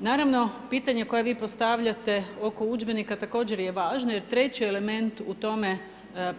Naravno, pitanje koje vi postavljate oko udžbenika također je važno, jer 3 element u tome